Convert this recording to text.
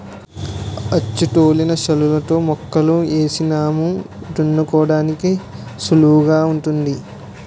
అచ్చుతోలిన శాలులలో మొక్కలు ఏసినాము దున్నుకోడానికి సుళువుగుంటాది